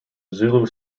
zulu